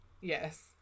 Yes